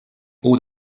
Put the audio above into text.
haut